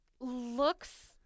looks